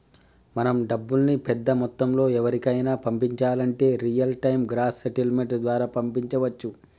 మనం డబ్బుల్ని పెద్ద మొత్తంలో ఎవరికైనా పంపించాలంటే రియల్ టైం గ్రాస్ సెటిల్మెంట్ ద్వారా పంపించవచ్చు